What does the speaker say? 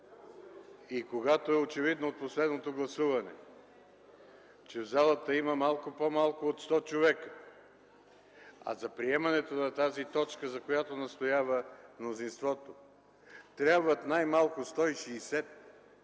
Когато е очевидно от последното гласуване, че в залата има малко по-малко от 100 човека, а за приемането на тази точка, за която настоява мнозинството, трябват най-малко 160, е